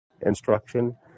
instruction